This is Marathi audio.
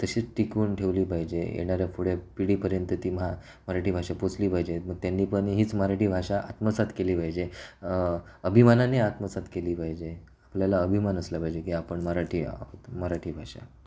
तशीच टिकवून ठेवली पाहिजे येणाऱ्या पुढच्या पिढीपर्यंत ती महा मराठी भाषा पोचली पाहिजे मग त्यांनी पण हीच मराठी भाषा आत्मसात केली पाहिजे अभिमानाने आत्मसात केली पाहिजे आपल्याला अभिमान असला पाहिजे की आपण मराठी मराठी भाषा